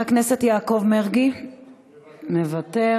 חבר הכנסת יעקב מרגי, מוותר.